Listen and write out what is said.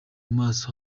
amaso